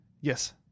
yes